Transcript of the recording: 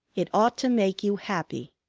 it ought to make you happy.